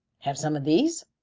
have some of these?